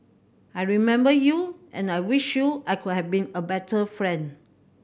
I remember you and I wish you I could have been a better friend